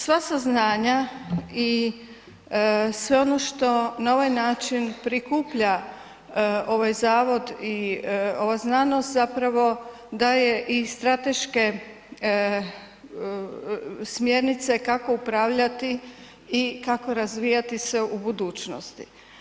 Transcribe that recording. Sva saznanja i sve ono što na ovaj način prikuplja ovaj zavod i ova znanost zapravo daje i strateške smjernice kako upravljati i kako razvijati se u budućnosti.